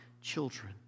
children